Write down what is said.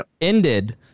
ended